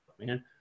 man